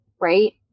right